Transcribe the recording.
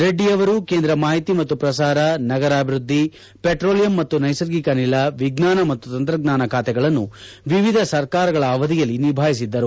ರೆಡ್ಡಿಯವರು ಕೇಂದ್ರ ಮಾಹಿತಿ ಮತ್ತು ಪ್ರಸಾರ ನಗರಾಭಿವೃದ್ಧಿ ಪೆಟ್ರೋಲಿಯಂ ಮತ್ತು ನೈಸರ್ಗಿಕ ಅನಿಲ ವಿಜ್ಞಾನ ಮತ್ತು ತಂತ್ರಜ್ಞಾನ ಖಾತೆಗಳನ್ನು ವಿವಿಧ ಸರ್ಕಾರಗಳ ಅವಧಿಯಲ್ಲಿ ನಿಭಾಯಿಸಿದ್ದರು